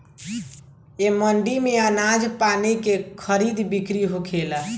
ए मंडी में आनाज पानी के खरीद बिक्री होखेला